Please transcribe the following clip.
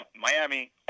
Miami